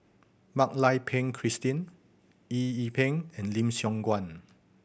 Mak Lai Peng Christine Eng Yee Peng and Lim Siong Guan